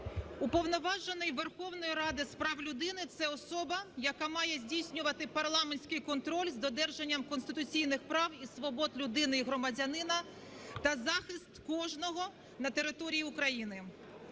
Уповноважений Верховної Ради з прав людини – це особа, яка має здійснювати парламентський контроль з додержанням конституційних прав і свобод людини і громадянина та захист кожного на території України.